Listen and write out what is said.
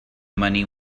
money